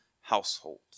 household